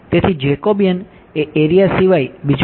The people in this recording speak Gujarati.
તેથી જેકોબિયન એ એરિયા સિવાય બીજું કંઈ નથી